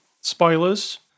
spoilers